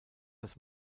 das